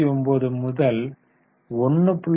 99 முதல் 1